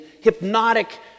hypnotic